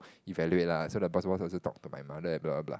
evaluate lah so the boss boss also talk to my mother and blah blah blah